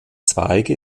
zweige